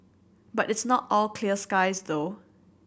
but it's not all clear skies though